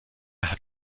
hat